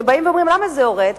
שבאים ואומרים: למה זה יורד?